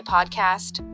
Podcast